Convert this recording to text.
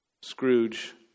Scrooge